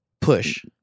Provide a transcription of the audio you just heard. push